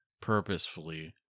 purposefully